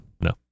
No